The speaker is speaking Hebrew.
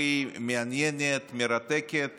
והיא מעניינת, מרתקת